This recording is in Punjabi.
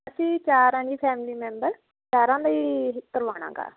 ਅਸੀਂ ਚਾਰ ਹਾਂ ਜੀ ਫੈਮਲੀ ਮੈਂਬਰ ਚਾਰਾਂ ਦਾ ਹੀ ਕਰਵਾਉਣਾ ਗਾ